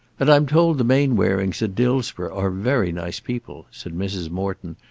and i'm told the mainwarings at dillsborough are very nice people, said mrs. morton,